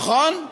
נכון?